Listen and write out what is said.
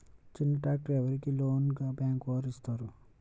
చిన్న ట్రాక్టర్ ఎవరికి లోన్గా బ్యాంక్ వారు ఇస్తారు?